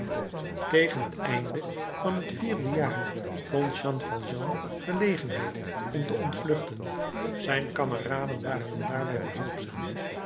tegen het einde van het vierde jaar vond jean valjean gelegenheid om te ontvluchten zijn kameraden waren hem daarbij behulpzaam